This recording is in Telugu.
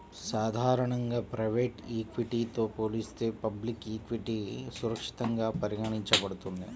సాధారణంగా ప్రైవేట్ ఈక్విటీతో పోలిస్తే పబ్లిక్ ఈక్విటీ సురక్షితంగా పరిగణించబడుతుంది